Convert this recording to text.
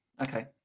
Okay